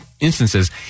instances